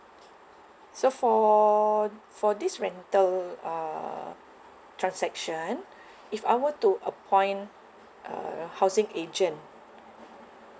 so for for this rental uh transaction if I were to appoint a housing agent